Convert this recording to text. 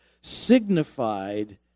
signified